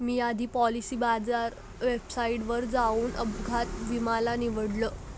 मी आधी पॉलिसी बाजार वेबसाईटवर जाऊन अपघात विमा ला निवडलं